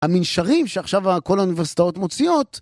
המנשרים שעכשיו כל האוניברסיטאות מוציאות